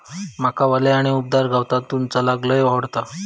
माका वल्या आणि उबदार गवतावरून चलाक लय आवडता